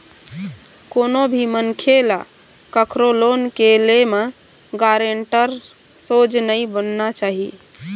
कोनो भी मनखे ल कखरो लोन के ले म गारेंटर सोझ नइ बनना चाही